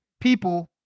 people